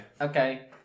Okay